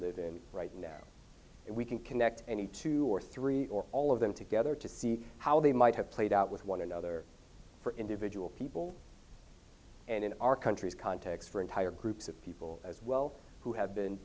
live in right now if we can connect any two or three or all of them together to see how they might have played out with one another for individual people and in our countries context for entire groups of people as well who have been